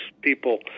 people